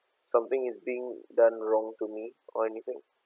something is being done wrong to me or anything